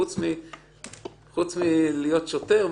חוץ מלהיות שוטר,